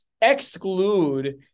exclude